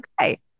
okay